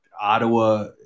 Ottawa